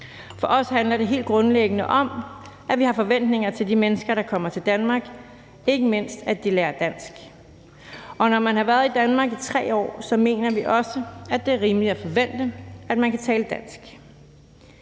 For os handler det helt grundlæggende om, at vi har forventninger til de mennesker, der kommer til Danmark, ikke mindst at de lærer dansk, og når man har været i Danmark i 3 år, mener vi også, at det er rimeligt at forvente, at man kan tale dansk.